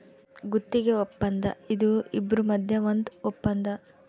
ಗುತ್ತಿಗೆ ವಪ್ಪಂದ ಇದು ಇಬ್ರು ಮದ್ಯ ಒಂದ್ ವಪ್ಪಂದ